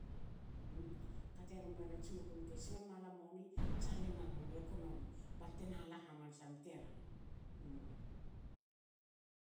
kate gomerats makum te sebe na lua moni tsale economy balte nala hamansa num bte lanum